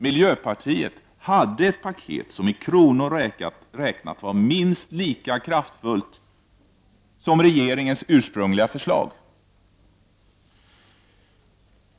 Miljöpartiet hade ett paket som i kronor räknat var minst lika kraftfullt som regeringens ursprungliga förslag.